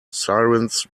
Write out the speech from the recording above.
sirens